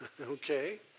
okay